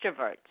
extroverts